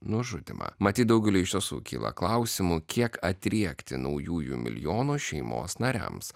nužudymą matyt daugeliui iš tiesų kyla klausimų kiek atriekti naujųjų milijonų šeimos nariams